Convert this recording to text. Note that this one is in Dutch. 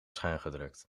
schuingedrukt